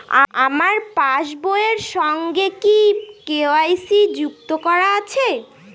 আমার পাসবই এর সঙ্গে কি কে.ওয়াই.সি যুক্ত করা আছে?